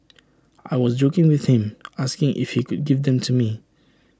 I was joking with him asking if he could give them to me